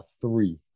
three